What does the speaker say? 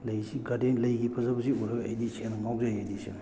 ꯂꯩꯁꯤ ꯒꯥꯔꯗꯦꯟ ꯂꯩꯒꯤ ꯐꯖꯕꯁꯤ ꯎꯔꯒ ꯑꯩꯗꯤ ꯁꯦꯡꯅ ꯉꯥꯎꯖꯩ ꯑꯩꯗꯤ ꯁꯦꯡꯅ